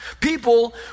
People